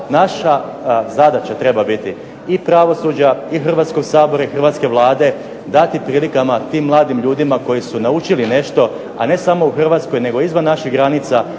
Naša zadaća treba biti, i pravosuđa i Hrvatskog sabora i hrvatske Vlade, dati priliku tim mladim ljudima koji su naučili nešto, a ne samo u Hrvatskoj nego i izvan naših granica.